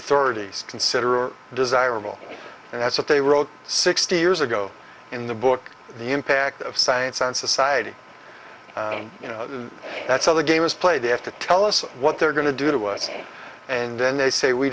authorities consider desirable and that's what they wrote sixty years ago in the book the impact of science on society you know that's how the game is played they have to tell us what they're going to do to us and then they say we